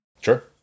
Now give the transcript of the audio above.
Sure